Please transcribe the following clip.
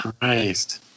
Christ